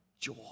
joy